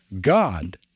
God